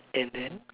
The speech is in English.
and then